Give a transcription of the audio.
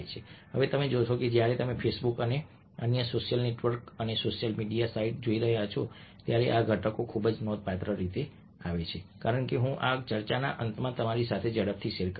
હવે તમે જોશો કે જ્યારે તમે ફેસબુક અને અન્ય સોશિયલ નેટવર્ક અને સોશિયલ મીડિયા સાઇટ્સ જોઈ રહ્યા છો ત્યારે આ ઘટકો ખૂબ જ નોંધપાત્ર રીતે આવે છે કારણ કે હું આ ચર્ચાના અંતમાં તમારી સાથે ઝડપથી શેર કરીશ